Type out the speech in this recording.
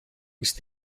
ist